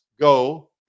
go